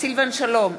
סילבן שלום,